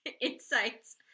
insights